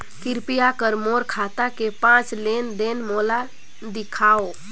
कृपया कर मोर खाता के पांच लेन देन मोला दिखावव